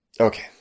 Okay